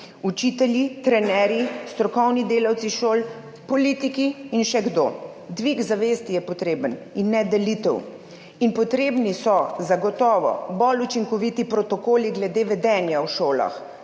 učitelji, trenerji, strokovni delavci šol, politiki in še kdo. Dvig zavesti je potreben in ne delitev. Zagotovo so potrebni bolj učinkoviti protokoli glede vedenja v šolah,